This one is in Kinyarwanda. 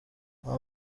nta